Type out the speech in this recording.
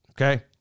okay